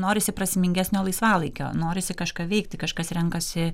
norisi prasmingesnio laisvalaikio norisi kažką veikti kažkas renkasi